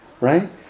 Right